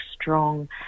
strong